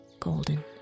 Golden